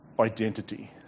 identity